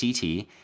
CT